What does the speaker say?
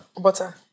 Butter